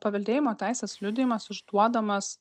paveldėjimo teisės liudijimas išduodamas